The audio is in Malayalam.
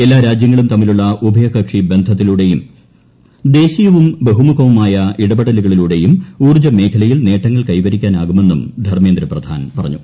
എല്ലാ രാജ്യങ്ങളും തമ്മിലുള്ള ഉഭയകക്ഷി ബന്ധത്തിലൂടെയും ദേശീയവും ബഹുമുഖവുമായ ഇടപെടലുകളിലൂടെയും ഊർജ്ജമേഖലയിൽ നേട്ടങ്ങൾ കൈവരിക്കാനാകുമെന്നും ധർമ്മേന്ദ്ര പ്രധാൻ പറഞ്ഞു